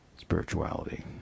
spirituality